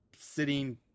Sitting